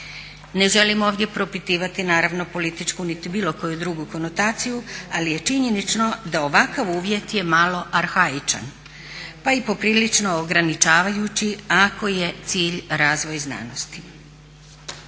Ne želim ovdje propitivati naravno političku niti bilo koju drugu konotaciju ali je činjenično da ovakav uvjet je malo arhaičan pa i po prilično ograničavajući ako je cilj razvoj znanosti.